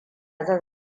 zan